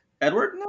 Edward